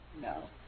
No